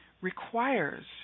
requires